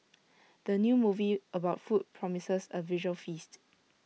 the new movie about food promises A visual feast